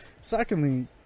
Secondly